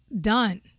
done